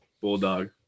bulldog